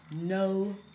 No